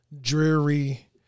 dreary